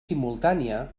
simultània